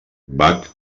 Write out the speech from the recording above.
bach